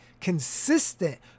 consistent